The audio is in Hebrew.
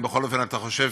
אם בכל אופן אתה חושב